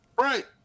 Right